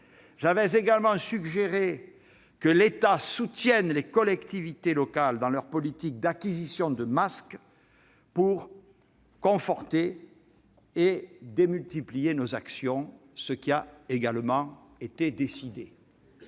J'avais également suggéré que l'on soutienne les collectivités territoriales dans leur politique d'acquisition de masques pour conforter et démultiplier nos actions, ce qui fut fait également.